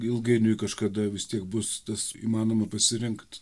ilgainiui kažkada vis tiek bus tas įmanoma pasirinkt